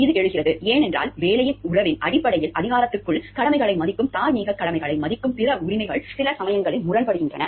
இது எழுகிறது ஏனென்றால் வேலையின் உறவின் அடிப்படையில் அதிகாரத்திற்குள் கடமைகளை மதிக்கும் தார்மீகக் கடமைகளை மதிக்கும் பிற உரிமைகள் சில சமயங்களில் முரண்படுகின்றன